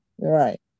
Right